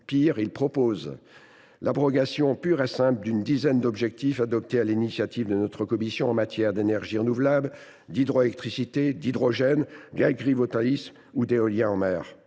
Pire, il prévoit l’abrogation pure et simple d’une dizaine d’objectifs, adoptés sur l’initiative de notre commission, en matière d’énergies renouvelables, d’hydroélectricité, d’hydrogène, d’agrivoltaïsme ou d’éolien en mer.